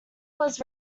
was